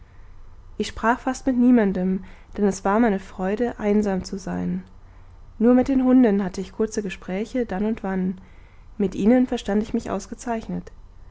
ich sprach fast mit niemandem denn es war meine freude einsam zu sein nur mit den hunden hatte ich kurze gespräche dann und wann mit ihnen verstand ich mich ausgezeichnet